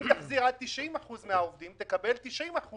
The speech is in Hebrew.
אם תחזיר רק 90%, תקבל 90%